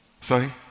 Sorry